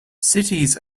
cities